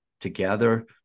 together